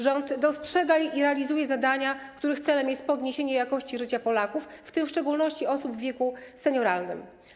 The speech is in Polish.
Rząd dostrzega i realizuje zadania, których celem jest poprawa jakości życia Polaków, w tym w szczególności osób w wieku senioralnym.